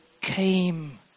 came